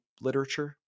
literature